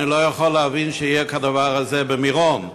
אני לא יכול להאמין שיהיה כדבר הזה במירון.